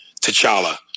T'Challa